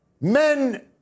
men